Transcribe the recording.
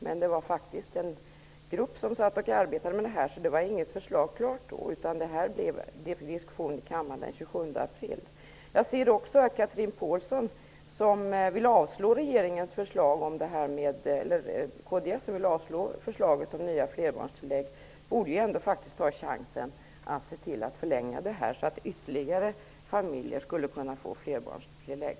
Men det var faktiskt en grupp som arbetade med detta, så det fanns inget förslag klart då. Diskussionen i kammaren hölls den 27 april. Kds, som vill avslå regeringens förslag om nya flerbarnstillägg, borde faktiskt ta chansen att förlänga utfasningstiden så att ytterligare familjer skulle kunna få flerbarnstillägg.